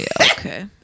okay